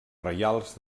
reials